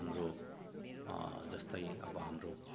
हाम्रो जस्तै अब हाम्रो